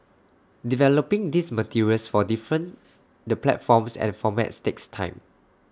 developing these materials for different the platforms and formats takes time